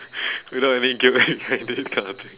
without any guilt you go and do this kind of thing